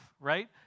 right